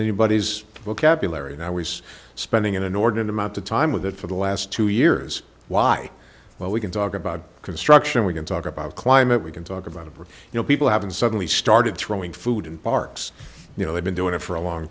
anybody's vocabulary and i was spending an inordinate amount of time with that for the last two years why well we can talk about construction we can talk about climate we can talk about of or you know people have been suddenly started throwing food in parks you know they've been doing it for a long